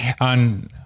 on